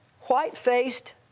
white-faced